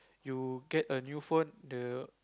you get a new phone the